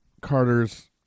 Carter's